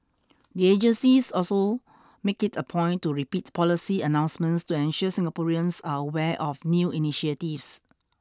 the agencies also make it a point to repeat policy announcements to ensure Singaporeans are aware of new initiatives